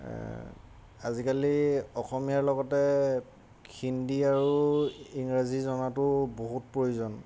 আজিকালি অসমীয়াৰ লগতে হিন্দী আৰু ইংৰাজী জনাটোও বহুত প্ৰয়োজন